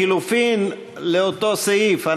לחלופין לאותו סעיף,